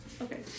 Okay